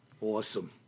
Awesome